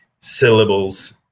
syllables